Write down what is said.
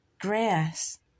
grass